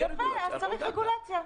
יפה, אז צריך רגולציה.